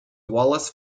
wallace